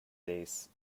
des